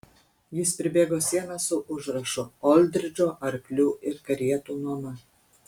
jis pribėgo sieną su užrašu oldridžo arklių ir karietų nuoma